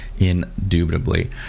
indubitably